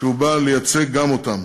שהוא בא לייצג גם אותם.